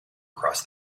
across